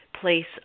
place